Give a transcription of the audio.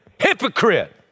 hypocrite